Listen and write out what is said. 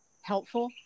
helpful